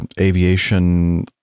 aviation